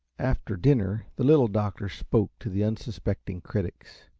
after dinner the little doctor spoke to the unsuspecting critics.